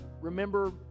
remember